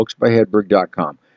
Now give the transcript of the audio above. booksbyhedberg.com